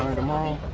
tomorrow